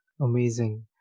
Amazing